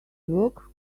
work